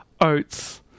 oats